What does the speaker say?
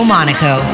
Monaco